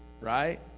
right